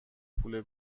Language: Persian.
پول